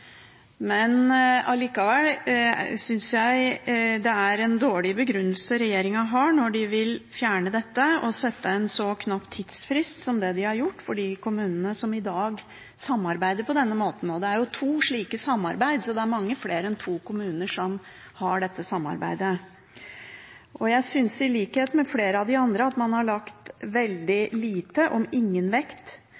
men allikevel synes jeg det er en dårlig begrunnelse regjeringen har når den vil fjerne dette og sette en så knapp tidsfrist som den har gjort for de kommunene som i dag samarbeider på denne måten. Det er jo to slike samarbeid, så det er mange flere enn to kommuner som har dette samarbeidet. Jeg synes, i likhet med flere av de andre talerne, at man har lagt veldig